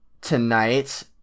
tonight